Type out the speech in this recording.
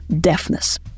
deafness